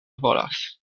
volas